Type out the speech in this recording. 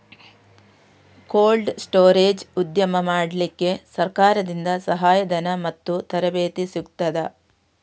Cold storage ಉದ್ಯಮ ಮಾಡಲಿಕ್ಕೆ ಸರಕಾರದಿಂದ ಸಹಾಯ ಧನ ಮತ್ತು ತರಬೇತಿ ಸಿಗುತ್ತದಾ?